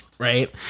right